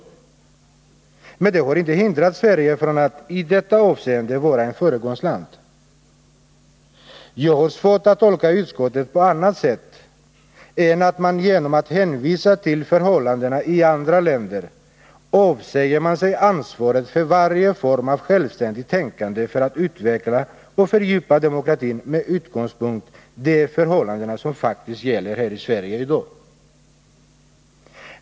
Men det har inte hindrat Sverige från att i detta avseende vara ett föregångsland. Jag har svårt att tolka utskottet på annat sätt än att det, genom att hänvisa till förhållanden i andra länder, avsäger sig ansvaret för varje form av självständigt tänkande för att utveckla och fördjupa demokratin med utgångspunkt i de förhållanden som faktiskt gäller här i Sverige i dag.